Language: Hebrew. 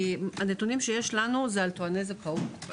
הנתונים שיש לנו זה על טועני זכאות.